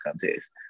contest